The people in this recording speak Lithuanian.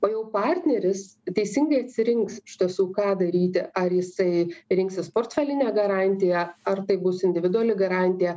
o jau partneris teisingai atsirinks iš tiesų ką daryti ar jisai rinksis portfelinę garantiją ar tai bus individuali garantija